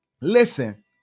Listen